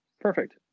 Perfect